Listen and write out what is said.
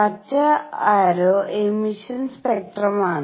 പച്ച ആര്രൌ എമിഷൻ സ്പെക്ട്രമാണ്